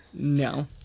No